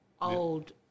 old